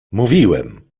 mówiłem